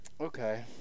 Okay